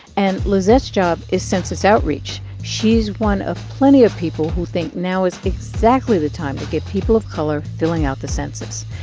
and lizette's job is census outreach. she's one of plenty of people who think now is exactly the time to get people of color filling out the census.